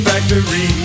Factory